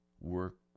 work